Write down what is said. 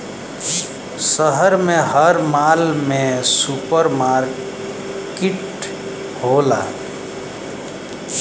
शहर में हर माल में सुपर मार्किट होला